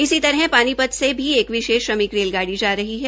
इसी तरह पानीपत से भी एक श्रमिक रेलगाड़ी जा रही है